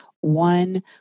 One